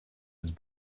his